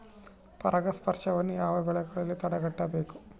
ಪರಾಗಸ್ಪರ್ಶವನ್ನು ಯಾವ ಬೆಳೆಗಳಲ್ಲಿ ತಡೆಗಟ್ಟಬೇಕು?